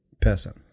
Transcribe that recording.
person